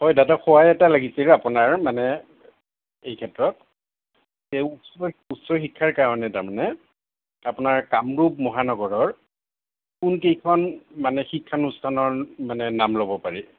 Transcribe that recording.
হয় দাদা সহায় এটা লাগিছিল আপোনাৰ মানে এই ক্ষেত্ৰত উচ্চ শিক্ষাৰ কাৰণে তাৰমানে আপোনাৰ কামৰূপ মহানগৰৰ কোনকেইখন মানে শিক্ষানুষ্ঠানৰ মানে নাম ল'ব পাৰি